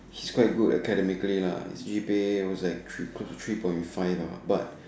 he's quite good academically lah his G_P_A was like three three point five lah but